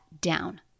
down